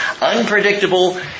unpredictable